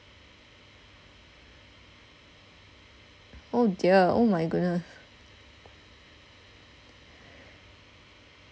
oh dear oh my goodness